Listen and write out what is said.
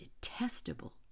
detestable